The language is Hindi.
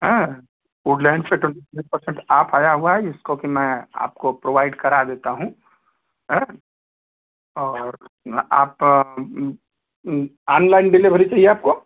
हाँ वुडलैंड से ट्वेंटी फाइव पर्सेंट आफ आया हुआ है इसको कि मैं आपको प्रोवाइड करा देता हूँ एँ और आप आनलाइन डिलिभरी चाहिए आपको